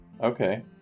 Okay